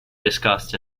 discussed